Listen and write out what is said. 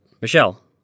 Michelle